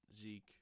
Zeke